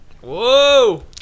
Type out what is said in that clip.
Whoa